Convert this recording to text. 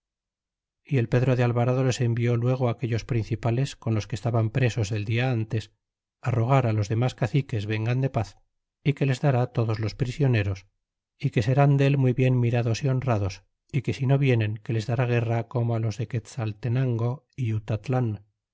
y el pedro de alvarado les envió luego aquellos principales con los que estaban presos del dia antes rogar los demas caciques vengan de paz y que les dará todos los prisioneros y que serán del muy bien mirados y honrados y que si no vienen que les dará guerra como los de